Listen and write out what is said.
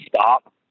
stop